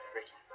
Ricky